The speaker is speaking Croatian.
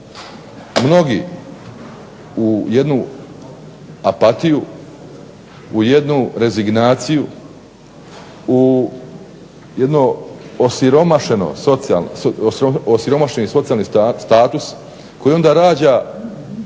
mnogi u jednu apatiju, u jednu rezignaciju, u jedno osiromašeni socijalni status koji onda rađa